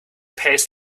pays